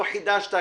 לא חידשת,